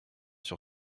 sur